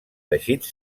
teixits